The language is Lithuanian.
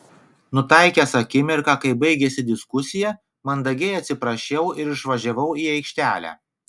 nutaikęs akimirką kai baigėsi diskusija mandagiai atsiprašiau ir išvažiavau į aikštelę